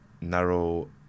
narrow